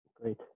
Great